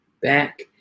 back